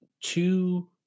two